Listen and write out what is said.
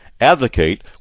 Advocate